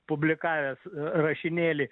publikavęs rašinėlį